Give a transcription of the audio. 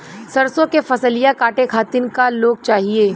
सरसो के फसलिया कांटे खातिन क लोग चाहिए?